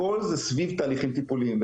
הכל זה סביב תהליכים טיפוליים.